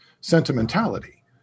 sentimentality